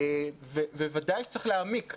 ובוודאי צריך להעמיק.